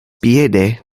piede